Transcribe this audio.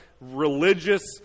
religious